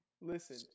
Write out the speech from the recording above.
Listen